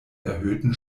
erhöhten